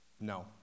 no